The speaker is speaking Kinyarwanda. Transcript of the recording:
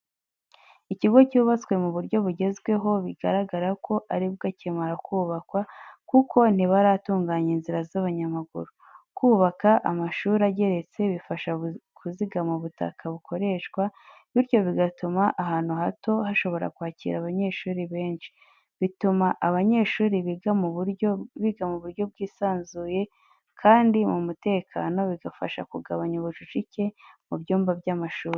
Ikigo cyubatswe ku buryo bugezweho, bigaragara ko ari bwo akimara kubakwa kuko ntibaratunganya inzira z'abanyamaguru. Kubaka amashuri ageretse bifasha kuzigama ubutaka bukoreshwa, bityo bigatuma ahantu hato hashoboka kwakira abanyeshuri benshi. Bituma abanyeshuri biga mu buryo bwisanzuye kandi mu mutekano, bigafasha kugabanya ubucucike mu byumba by’amashuri.